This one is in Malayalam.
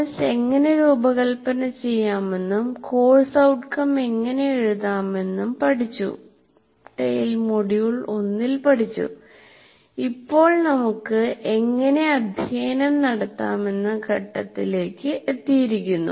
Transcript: കോഴ്സ് എങ്ങനെ രൂപകൽപ്പന ചെയ്യാമെന്നും കോഴ്സ് ഔട്ട്കം എങ്ങനെ എഴുതാമെന്നും പഠിച്ചു ടെയിൽ മൊഡ്യൂൾ 1 ൽ പഠിച്ചു ഇപ്പോൾ നമുക്ക് എങ്ങനെ അധ്യയനം നടത്താമെന്ന ഘട്ടത്തിലേക്ക് എത്തിയിരിക്കുന്നു